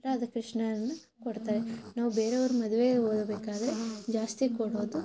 ರಾಧಾಕೃಷ್ಣರನ್ನು ಕೊಡ್ತಾರೆ ನಾವು ಬೇರೆಯವ್ರ ಮದ್ವೆಗೆ ಹೋಗಬೇಕಾದರೆ ಜಾಸ್ತಿ ಕೊಡೋದು